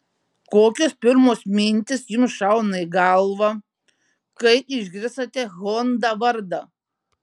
kokios pirmos mintys jums šauna į galvą kai išgirstate honda vardą